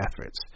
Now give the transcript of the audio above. efforts